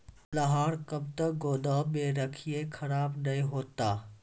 लहार कब तक गुदाम मे रखिए खराब नहीं होता?